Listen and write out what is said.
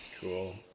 Cool